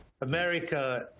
America